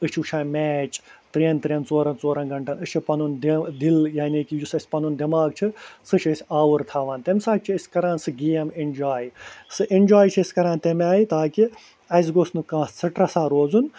أسۍ چھِ وُچھان میچ ترٛین ترٛین ژورَن ژورَن گھنٹَن أسۍ چھِ پَنُن دِو دل یعنی کہِ یُس اَسہِ پَنُن دٮ۪ماغ چھُ سُہ چھِ أسۍ آوُر تھاوان تَمہِ ساتہٕ چھِ أسۍ کران سُہ گیم اٮ۪نجاے سُہ اٮ۪نجاے چھِ أسۍکران تَمہِ آیہِ تاکہِ اَسہِ گوٚژھِ نہٕ کانٛہہ سِٹرَسَہ روزُن